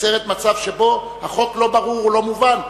נוצר מצב שבו החוק לא ברור או לא מובן,